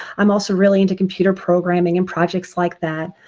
i'm also really into computer programming and projects like that.